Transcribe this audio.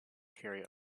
carry